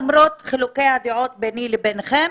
למרות חילוקי הדעות ביני לביניכם.